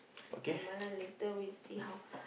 never mind lah later we see how